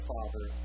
Father